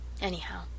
Anyhow—